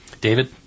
David